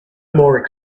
more